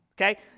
okay